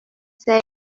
say